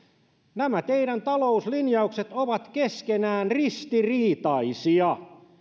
nämä teidän talouslinjauksenne ovat keskenään ristiriitaisia